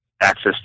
access